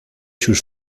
sus